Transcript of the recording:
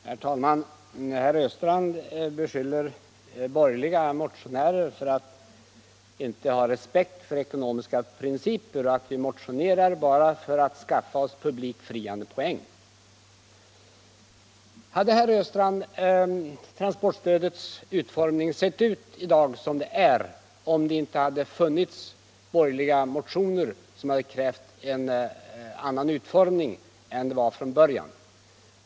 Herr talman! Herr Östrand beskyller borgerliga motionärer för att inte ha respekt för ekonomiska principer och säger att vi motionerar bara för att skaffa oss publikfriande poäng. Hade transportstödet varit utformat som det är i dag om inte borgerliga motioner hade krävt en annan utformning än den som var från början?